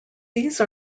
these